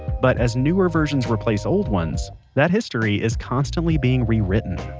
but as newer versions replace old ones, that history is constantly being rewritten